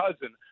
cousin